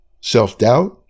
self-doubt